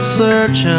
search